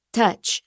touch